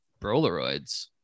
broleroids